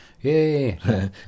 Yay